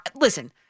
listen